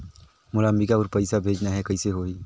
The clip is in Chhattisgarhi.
मोला अम्बिकापुर पइसा भेजना है, कइसे होही?